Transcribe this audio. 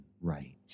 right